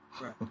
Right